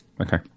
Okay